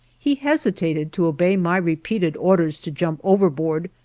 he hesitated to obey my repeated orders to jump overboard,